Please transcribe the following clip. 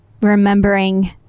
remembering